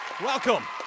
Welcome